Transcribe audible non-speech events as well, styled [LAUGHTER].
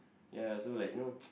ya so like you know [NOISE]